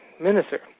minister